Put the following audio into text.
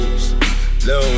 Little